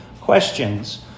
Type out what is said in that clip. questions